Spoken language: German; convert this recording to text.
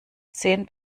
zehn